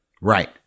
Right